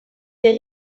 des